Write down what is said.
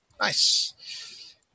Nice